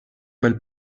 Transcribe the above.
bel